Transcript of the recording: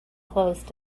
closed